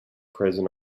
prisons